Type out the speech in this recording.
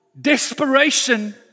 desperation